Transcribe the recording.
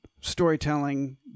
storytelling